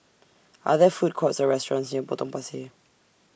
Are There Food Courts Or restaurants near Potong Pasir